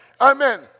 Amen